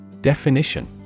Definition